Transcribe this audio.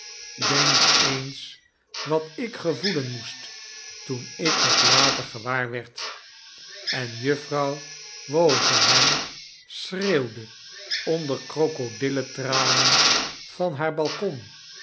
denk eens wat ik gevoelen moest toen ik dat later gewaar werd en juffrouw wozenham schreeuwde onder krokodillentranen van haar balkon